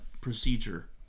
procedure